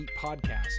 podcast